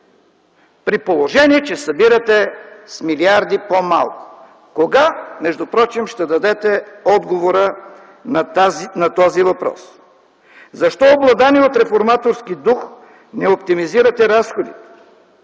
при положение че събирате с милиарди по-малко?! Кога впрочем ще дадете отговора на този въпрос? Защо, обладани от реформаторски дух, не оптимизирате разходите?